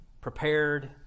prepared